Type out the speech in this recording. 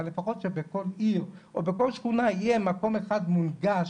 אבל לפחות שבכל עיר או בכל שכונה יהיה מקום אחד מונגש,